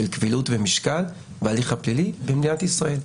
של קבילות ומשקל בהליך הפלילי במדינת ישראל.